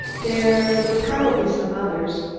there were probably some others.